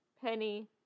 Penny